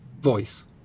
voice